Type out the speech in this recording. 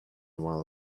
while